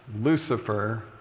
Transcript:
Lucifer